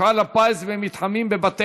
וחוזר